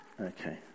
okay